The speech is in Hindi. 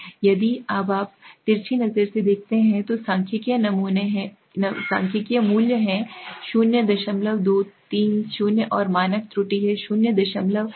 अब यदि आप तिरछी नजर से देखते हैं तो सांख्यिकी मूल्य है 0230 और मानक त्रुटि 0121 है